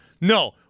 No